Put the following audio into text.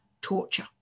torture